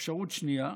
אפשרות שנייה,